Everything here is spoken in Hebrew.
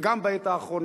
וגם בעת האחרונה: